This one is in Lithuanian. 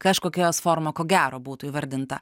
kažkokia jos forma ko gero būtų įvardinta